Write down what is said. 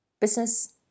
business